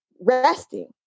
resting